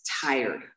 tired